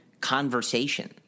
conversation